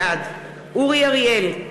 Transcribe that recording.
בעד אורי אריאל,